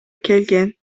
келген